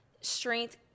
strength